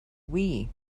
wii